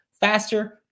faster